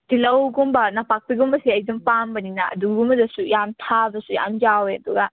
ꯇꯤꯜꯂꯧꯒꯨꯝꯕ ꯅꯄꯥꯛꯄꯤꯒꯨꯝꯕꯁꯦ ꯑꯩ ꯑꯗꯨꯝ ꯄꯥꯝꯕꯅꯤꯅ ꯑꯗꯨꯒꯨꯝꯕꯗꯁꯨ ꯌꯥꯝ ꯊꯥꯕꯁꯨ ꯌꯥꯝ ꯌꯥꯎꯋꯦ ꯑꯗꯨꯒ